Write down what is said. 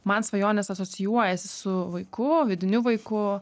man svajonės asocijuojasi su vaiku vidiniu vaiku